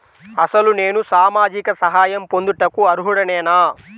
అసలు నేను సామాజిక సహాయం పొందుటకు అర్హుడనేన?